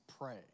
pray